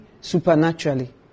supernaturally